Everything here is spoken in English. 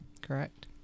Correct